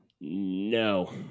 No